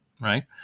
right